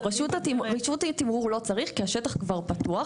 רשות התמרור לא צריך, כי השטח כבר פתוח.